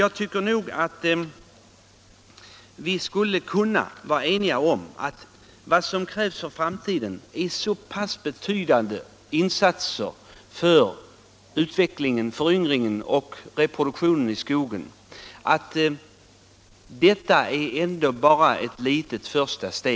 Jag tycker att vi skulle kunna vara eniga om att det för framtiden krävs så pass betydande insatser för utvecklingen, föryngringen och reproduktionen av skogen att detta bara är ett litet första steg.